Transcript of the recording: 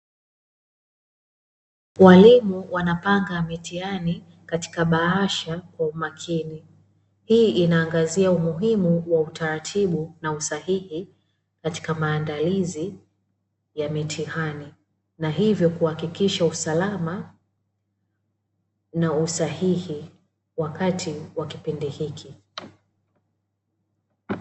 Walimu wanapanga mitihani katika bahasha kwa umakini hii inaangazia umuhimu wa utaratibu na usahihi katika maandalizi ya mitihani na hivyo kuhakikisha usalama na usahihi wakati wa kipindi hiki.